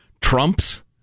Trumps